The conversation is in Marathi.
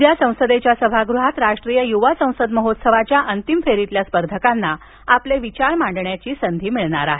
उद्या संसदेच्या सभागृहात राष्ट्रीय युवा संसद महोत्सवाच्या अंतिम फेरीतल्या स्पर्धकांना आपले विचार मांडण्याची संधी मिळणार आहे